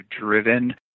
driven